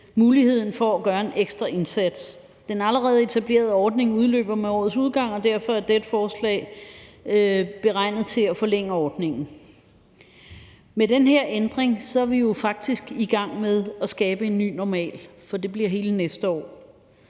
muligheden for at gøre en ekstra indsats. Den allerede etablerede ordning udløber med årets udgang, og derfor er dette forslag beregnet til at forlænge ordningen. Med den her ændring er vi faktisk i gang med at skabe en ny normal, for det bliver for hele næste år.